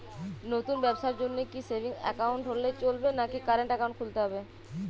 নতুন ব্যবসার জন্যে কি সেভিংস একাউন্ট হলে চলবে নাকি কারেন্ট একাউন্ট খুলতে হবে?